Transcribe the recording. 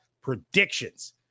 predictions